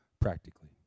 practically